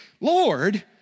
Lord